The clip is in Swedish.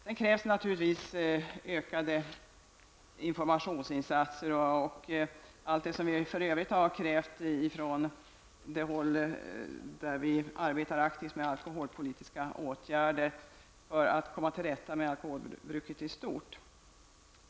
Det krävs naturligtvis ökade informationsinsatser och sådana övriga åtgärder som aktivt arbetar med alkoholpolitiska frågor har begär för att man skall komma till rätta med alkoholbruket i stort.